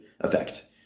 effect